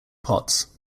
pots